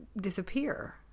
disappear